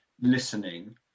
listening